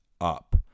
up